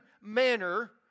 manner